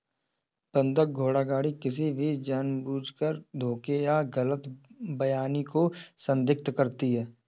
बंधक धोखाधड़ी किसी भी जानबूझकर धोखे या गलत बयानी को संदर्भित करती है